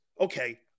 Okay